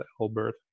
Albert